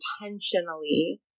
intentionally